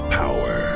power